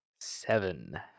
Seven